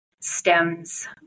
stems